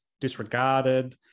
disregarded